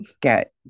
get